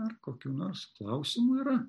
ar kokių nors klausimų yra